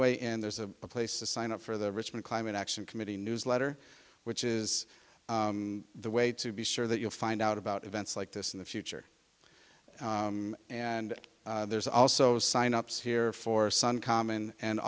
way and there's a place to sign up for the richmond climate action committee newsletter which is the way to be sure that you'll find out about events like this in the future and there's also sign ups here for sun com and